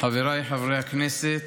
חבריי חברי הכנסת,